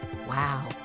wow